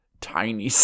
tiny